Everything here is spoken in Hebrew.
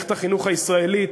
במערכת החינוך הישראלית